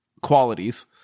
qualities